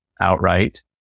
outright